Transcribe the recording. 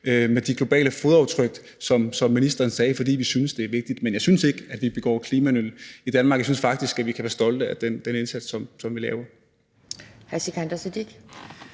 på de globale fodaftryk, som ministeren sagde, fordi vi synes, det er vigtigt. Men jeg synes ikke, at vi begår klimanøl i Danmark. Jeg synes faktisk, at vi kan være stolte af den indsats, som vi laver.